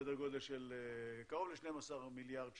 סדר גודל של קרוב ל-12 מיליארד שקל.